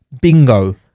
bingo